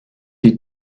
you